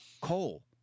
Coal